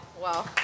wow